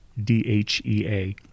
DHEA